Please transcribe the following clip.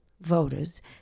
voters